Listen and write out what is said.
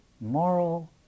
moral